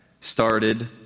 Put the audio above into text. started